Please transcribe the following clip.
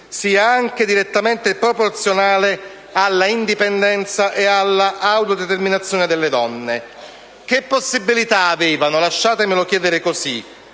sia direttamente proporzionale all'indipendenza e all'autodeterminazione delle donne. Che possibilità avevano - lasciatemelo chiedere così